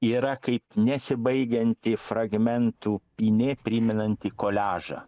yra kaip nesibaigianti fragmentų pynė primenanti koliažą